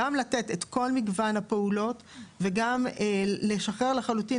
גם לתת את כל מגוון הפעולות וגם לשחרר לחלוטין